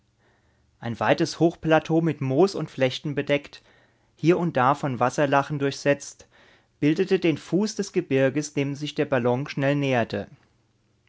ein weites hochplateau mit moos und flechten bedeckt hier und da von wasserlachen durchsetzt bildete den fuß des gebirges dem sich der ballon schnell näherte